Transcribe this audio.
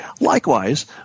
Likewise